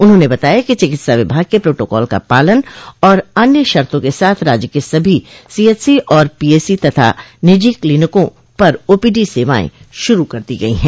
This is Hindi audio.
उन्होंने बताया कि चिकित्सा विभाग के प्रोटोकाल का पालन और अन्य शर्तो क साथ राज्य के सभी सीएचसी और पीएससी तथा निजी क्लिनिंकों पर ओपीडी सेवाएं शुरू कर दी गई है